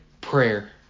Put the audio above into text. prayer